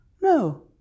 No